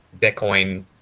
bitcoin